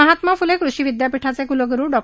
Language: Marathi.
महात्मा फुले कृषी विद्यापीठाचे कुलगुरु डॉ